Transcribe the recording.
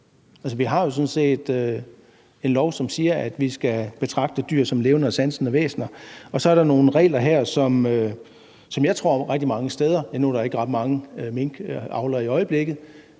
Altså, vi har jo sådan set en lov, som siger, at vi skal betragte dyr som levende og sansende væsener, og så er der nogle regler her, og nu er der ikke ret mange minkavlere i øjeblikket,